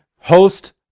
host